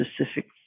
specific